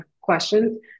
questions